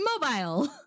mobile